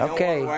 Okay